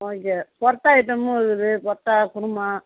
okay parotta ஐட்டமும் இருக்குது பொரோட்டா குருமா